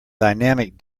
dynamic